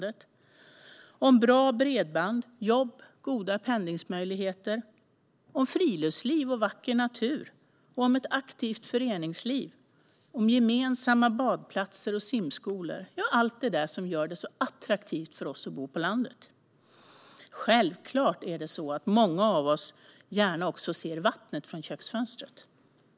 Det handlar om bra bredband, jobb, goda pendlingsmöjligheter, friluftsliv och vacker natur samt ett aktivt föreningsliv. Det handlar om gemensamma badplatser och simskolor - allt det där som gör det så attraktivt för oss att bo på landet. Självklart är det många av oss som gärna också ser vattnet från köksfönstret.